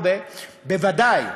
בוודאי,